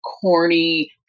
corny